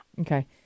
Okay